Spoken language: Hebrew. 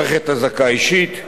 מערכת אזעקה אישית,